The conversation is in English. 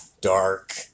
dark